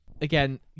Again